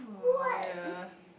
what